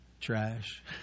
Trash